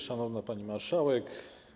Szanowna Pani Marszałek!